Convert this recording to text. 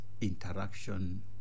interaction